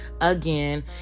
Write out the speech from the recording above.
again